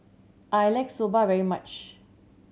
I like Soba very much